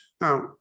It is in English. Now